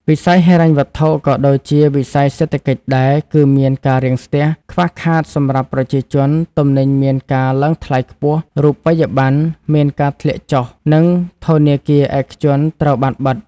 វិស័យហិរញ្ញវត្ថុក៏ដូចជាវិស័យសេដ្ឋកិច្ចដែរ គឺមានការរាំងស្ទះ ខ្វះខាតសម្រាប់ប្រជាជន ទំនិញមានការឡើងថ្លៃខ្ពស់ រូបិយប័ណ្ណ មានការធាក់ចុះ និងធានាគារឯកជនត្រូវបានបិត។